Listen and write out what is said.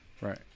Right